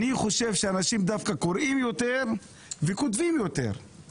אני חושב שאנשים דווקא קוראים יותר וכותבים יותר,